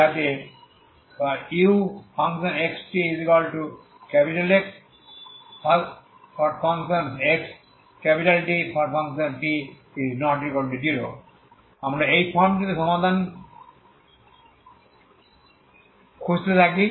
যাতে uxtXTt≠0 আমরা এই ফর্মটিতে সমাধান খুঁজতে থাকি